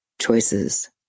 choices